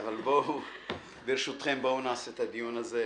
בואו נעשה את הדיון הזה,